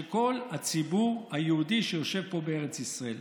של כל הציבור היהודי שיושב פה בארץ ישראל,